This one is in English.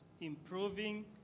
improving